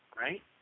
right